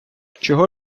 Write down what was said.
чого